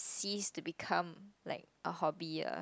cease to become like a hobby ah